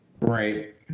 Right